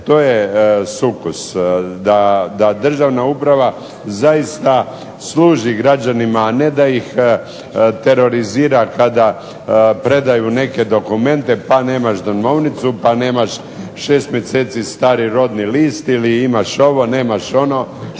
To je sukus, da državna uprava zaista služi građanima, a ne da ih terorizira kada predaju neke dokumente, pa nemaš domovnicu, pa nemaš šest mjeseci stari rodni list ili imaš ovo, nemaš ono,